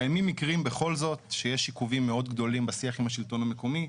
קיימים מקרים בכל זאת שיש עיכובים מאוד גדולים בשיח עם השלטון המקומי,